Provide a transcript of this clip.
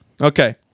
okay